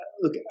Look